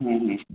हम्म हम्म हं